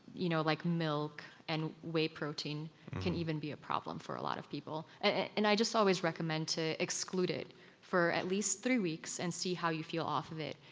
you know like milk and whey protein can even be a problem for a lot people. and i just always recommend to exclude it for at least three weeks and see how you feel off of it.